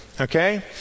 okay